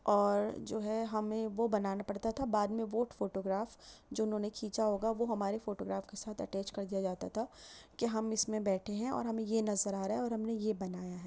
اور جو ہے ہمیں وہ بنانا پڑتا تھا بعد میں وہ فوٹوگراف جو انہوں نے کھینچا ہوگا وہ ہمارے فوٹوگراف کے ساتھ اٹیچ کر دیا جاتا تھا کہ ہم اس میں بیٹھے ہیں اور ہمیں یہ نظر آ رہا ہے اور ہم نے یہ بنایا ہے